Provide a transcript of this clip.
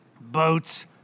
Boats